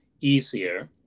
easier